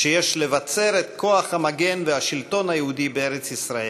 שיש לבצר את כוח המגן והשלטון היהודי בארץ-ישראל,